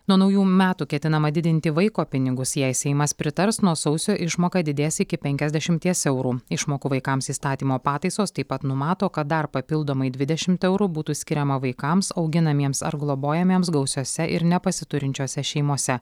nuo naujų metų ketinama didinti vaiko pinigus jei seimas pritars nuo sausio išmoka didės iki penkiasdešimties eurų išmokų vaikams įstatymo pataisos taip pat numato kad dar papildomai dvidešimt eurų būtų skiriama vaikams auginamiems ar globojamiems gausiose ir nepasiturinčiose šeimose